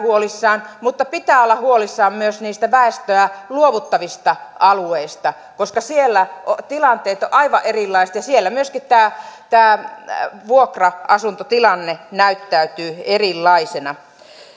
huolissamme mutta pitää olla huolissaan myös niistä väestöä luovuttavista alueista koska siellä tilanteet ovat aivan erilaiset ja siellä myöskin tämä tämä vuokra asuntotilanne näyttäytyy erilaisena